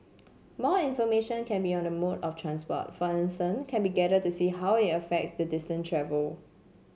more information can be on the mode of transport for instance can be gathered to see how it affects the distance travelled